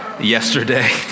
yesterday